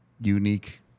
unique